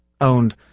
owned